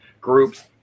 groups